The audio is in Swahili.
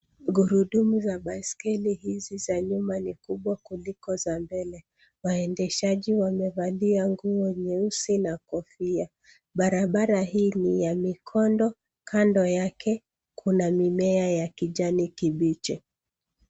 Gurudumu za baiskeli hizi za nyuma ni kubwa kuliko za mbele, waendeshaji wamevalia nguo nyeusi na kofia, barabara hili ya mikondo kando yake kuna mimea ya kijani kibichi.